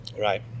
Right